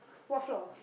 what floor